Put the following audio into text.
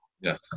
Yes